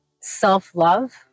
self-love